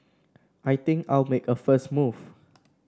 I think I'll make a first move